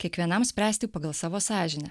kiekvienam spręsti pagal savo sąžinę